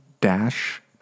dash